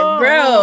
bro